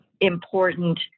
important